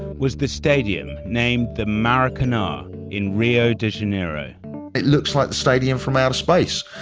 was the stadium named the maracana in rio de janeiro it looks like the stadium from outer space.